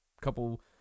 couple